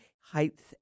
heights